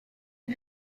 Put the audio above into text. est